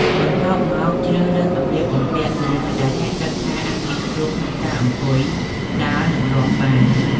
បន្ទាប់មកជ្រើសរើសសម្លៀកបំពាក់ណាដែលអ្នកគិតថាអាចងាយស្រួលក្នុងការអង្គុយ ដើរ និងរាំបាន។